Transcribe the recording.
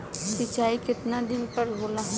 सिंचाई केतना दिन पर होला?